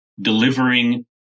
delivering